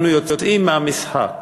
אנחנו יוצאים מהמשחק.